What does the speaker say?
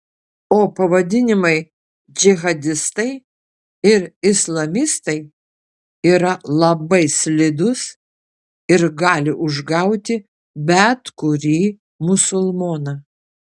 o pavadinimai džihadistai ir islamistai yra labai slidūs ir gali užgauti bet kurį musulmoną